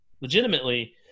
legitimately